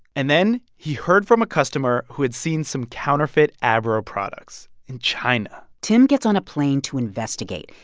and then he heard from a customer who had seen some counterfeit abro products in china tim gets on a plane to investigate.